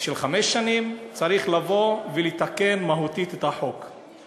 של חמש שנים, צריך לבוא ולתקן את החוק מהותית.